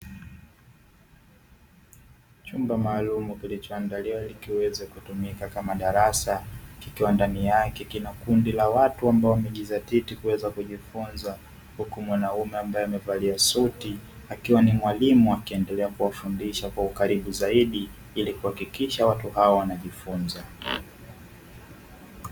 Chumba maalum kilichoandaliwa kiweze kutumika kama darasa kikiwa ndani yake kina kundi la watu ambao wamejizatiti kuweza kujifunza, huku mwanaume ambaye amevalia suti akiwa ni mwalimu akiendelea kuwafundisha kwa ukaribu zaidi ili kuhakikisha watu hawa wanajifunza.